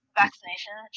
vaccination